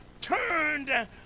turned